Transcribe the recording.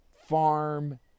farm